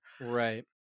Right